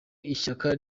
ishyaka